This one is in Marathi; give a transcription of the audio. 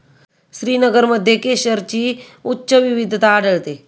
श्रीनगरमध्ये केशरची उच्च विविधता आढळते